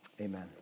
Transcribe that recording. Amen